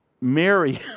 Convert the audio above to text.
Mary